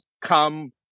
come